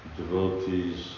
devotees